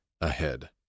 ahead